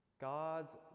God's